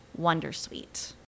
wondersuite